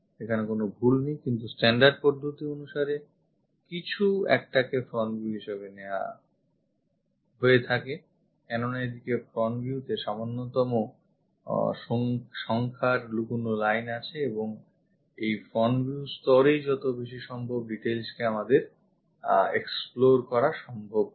এখানে কোন ভুল নেই কিন্তু standard পদ্ধতি অনুসারে কিছু একটাকে front view হিসেবে নেওয়া হয়ে থাকে কেন না এদিকে front view তে সামান্যতম সংখ্যার লুকোনো line আছে এবং এই front view স্তরেই যত বেশি সম্ভব detailsকে explore করা সম্ভব হবে